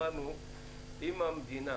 אם המדינה